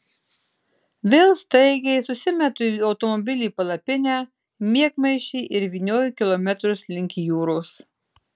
vėl staigiai susimetu į automobilį palapinę miegmaišį ir vynioju kilometrus link jūros